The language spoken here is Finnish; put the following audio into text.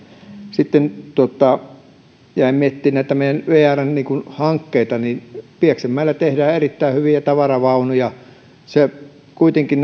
sitten jäin miettimään näitä meidän vrn hankkeita niin pieksämäellä tehdään erittäin hyviä tavaravaunuja kuitenkin